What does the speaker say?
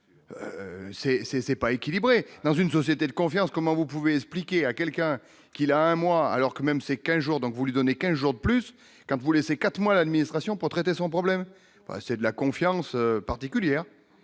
c'est pas équilibré dans une société de confiance, comment vous pouvez expliquer à quelqu'un qu'il y a un mois, alors que même ses 15 jours donc voulu donner 15 jours de plus qu'un boulet, c'est 4 mois l'administration pour traiter son problème, c'est de la confiance particulière